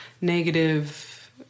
negative